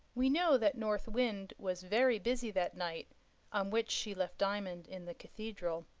we know that north wind was very busy that night on which she left diamond in the cathedral.